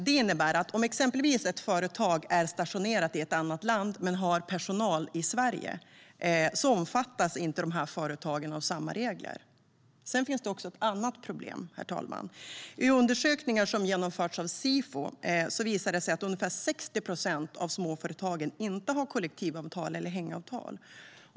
Det innebär exempelvis att om ett företag är stationerat i ett annat land men har personal i Sverige omfattas inte företaget av samma regler som de svenska företagen. Det finns också ett annat problem. I undersökningar som genomförts av Sifo visar det sig att ungefär 60 procent av småföretagen inte har kollektivavtal eller hängavtal.